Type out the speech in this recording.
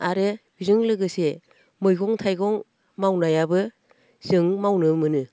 आरो बेजों लोगोसे मैगं थाइगं मावनायाबो जों मावनो मोनो